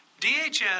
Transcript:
DHS